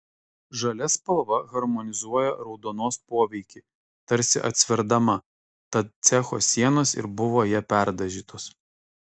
žalia spalva harmonizuoja raudonos poveikį tarsi atsverdama tad cecho sienos ir buvo ja perdažytos